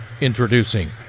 Introducing